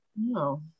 no